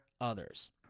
others